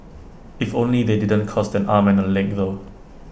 if only they didn't cost and arm and A leg though